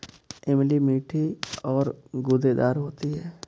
इमली मीठी और गूदेदार होती है